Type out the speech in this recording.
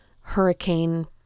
hurricane